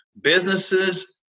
businesses